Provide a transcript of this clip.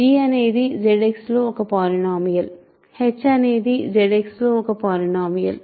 g అనేది ZX లో ఒక పాలినోమియల్ h అనేది అనేది ZX లో ఒక పాలినోమియల్